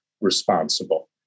responsible